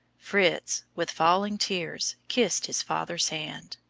fritz, with falling tears kissed his father's hand.